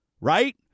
Right